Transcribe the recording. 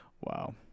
Wow